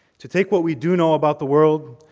to take what we do know about the world,